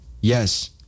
Yes